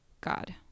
God